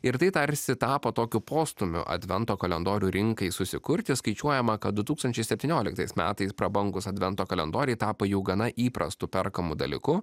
ir tai tarsi tapo tokiu postūmiu advento kalendorių rinkai susikurti skaičiuojama kad du tūkstančiai septynioliktais metais prabangūs advento kalendoriai tapo jau gana įprastu perkamu dalyku